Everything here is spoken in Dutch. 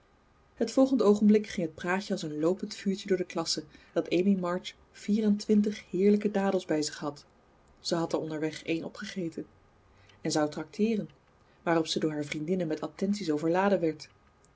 het volgend oogenblik ging het praatje als een loopend vuurtje door de klasse dat amy march vierentwintig heerlijke dadels bij zich had zij had er onderweg één opgegeten en zou trakteeren waarop ze door haar vriendinnen met attenties overladen werd